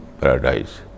paradise